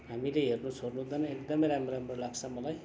हामीले हेर्नु छोड्नु हुँदैन एकदमै राम्रो राम्रो लाग्छ मलाई